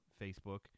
Facebook